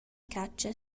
catscha